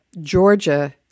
Georgia